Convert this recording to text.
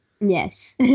Yes